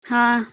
हाँ